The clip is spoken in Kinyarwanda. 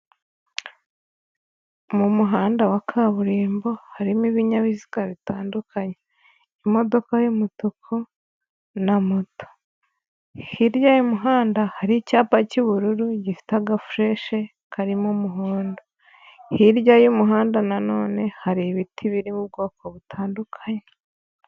Mu muhanda wa kaburimbo harimo ibinyabiziga bitandukanye imodoka y'umutuku na moto, hirya y'umuhanda hari icyapa cy'ubururu gifite agafureshe karimo umuhondo, hirya y'umuhanda na none hari ibiti biri mu bwoko butandukanye.